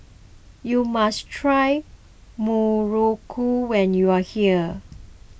you must try Muruku when you are here